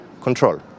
control